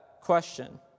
question